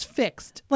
fixed